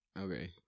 Okay